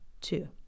Two